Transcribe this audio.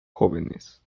jóvenes